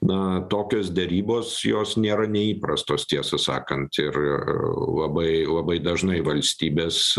na tokios derybos jos nėra neįprastos tiesą sakant ir labai labai dažnai valstybės